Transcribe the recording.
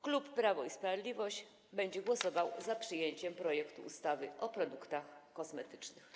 Klub Prawo i Sprawiedliwość będzie głosował za przyjęciem projektu ustawy o produktach kosmetycznych.